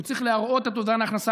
והוא צריך להראות את אובדן ההכנסה,